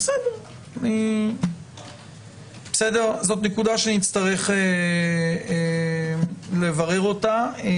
זו נקודה שנצטרך לברר אותה.